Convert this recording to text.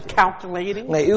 calculating